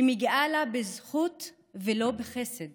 שמגיעה לה בזכות ולא בחסד